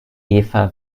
eva